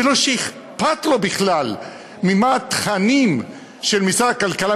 בלא שאכפת לו בכלל מהתכנים של משרד הכלכלה.